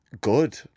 good